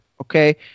Okay